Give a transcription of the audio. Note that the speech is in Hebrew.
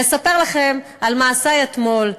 לספר לכם על מעשי אתמול.